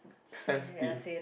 sensitive